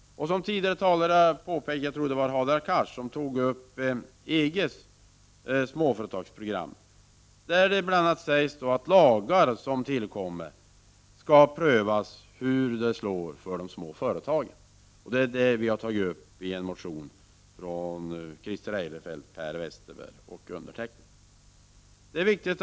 En tidigare talare i den här debatten, jag tror att det var Hadar Cars, tog upp EG:s småföretagsprogram. I detta sägs bl.a. att det skall prövas hur lagar som tillkommer påverkar de små företagen. Detta har tagits upp i en motion av Christer Eirefelt, Per Westerberg och undertecknad. Det är vik = Prot.